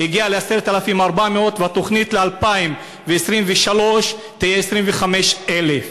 הגיע ל-10,400, והתוכנית ל-2023 תהיה 25,000,